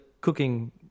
cooking